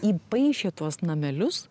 įpaišė tuos namelius